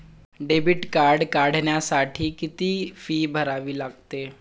Debit card काढण्यासाठी किती fee भरावी लागते?